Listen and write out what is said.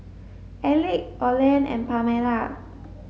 Elick Olen and Pamela